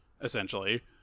essentially